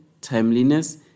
timeliness